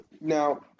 Now